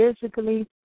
physically